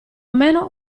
meno